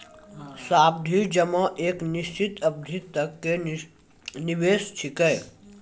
सावधि जमा एक निश्चित अवधि तक के निवेश छिकै